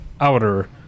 outer